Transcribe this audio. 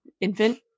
infant